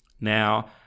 Now